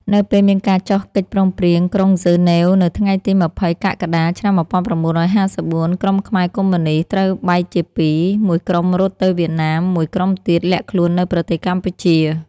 នៅពេលមានការចុះកិច្ចព្រមព្រៀងក្រុងហ្សឺណែវ នៅថ្ងៃទី២០ កក្កដា ឆ្នាំ១៩៥៤ ក្រុមខ្មែរកុម្មុយនិស្តត្រូវបែកជាពីរ មួយក្រុមរត់ទៅវៀតណាម មួយក្រុមទៀតលាក់ខ្លួននៅប្រទេសកម្ពុជា។